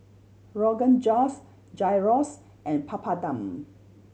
Rogan Josh Gyros and Papadum